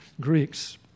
Greeks